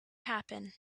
happen